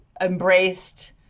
embraced